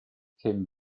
came